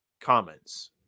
comments